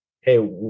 hey